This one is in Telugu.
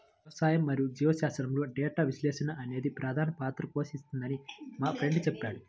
వ్యవసాయం మరియు జీవశాస్త్రంలో డేటా విశ్లేషణ అనేది ప్రధాన పాత్ర పోషిస్తుందని మా ఫ్రెండు చెప్పాడు